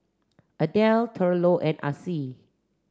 Adelle Thurlow and Acie